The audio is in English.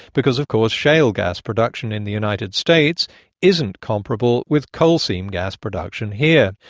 because of course shale gas production in the united states isn't comparable with coal seam gas production here.